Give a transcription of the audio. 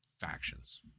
factions